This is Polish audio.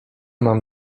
mam